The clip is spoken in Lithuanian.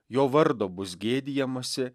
jo vardo bus gėdijamasi